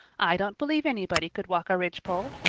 i don't believe anybody could walk a ridgepole.